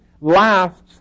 lasts